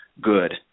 good